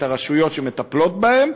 את הרשויות שמטפלות בהם,